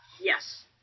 Yes